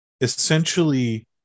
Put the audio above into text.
essentially